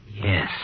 Yes